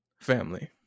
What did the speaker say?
family